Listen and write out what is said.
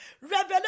Revelation